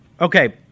Okay